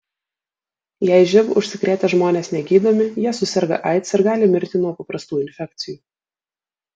jei živ užsikrėtę žmonės negydomi jie suserga aids ir gali mirti nuo paprastų infekcijų